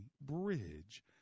bridge